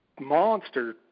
monster